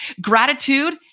Gratitude